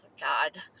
God